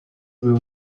will